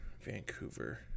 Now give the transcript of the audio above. Vancouver